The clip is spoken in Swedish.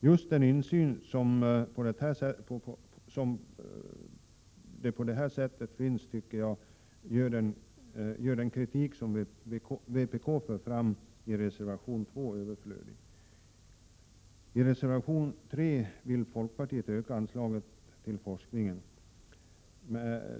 Just den insyn som på det här sättet finns tycker jag gör den kritik som vpk för fram i reservation 2 överflödig. I reservation 3 vill folkpartiet öka anslaget till forskningen.